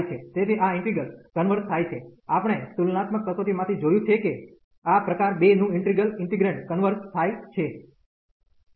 તેથી આ integral converge થાય છે આપણે તુલનાત્મક કસોટી માંથી જોયું છે કે આ પ્રકાર 2 નું ઈન્ટિગ્રલ ઈન્ટિગ્રેન્ડ કન્વર્ઝ થાય છે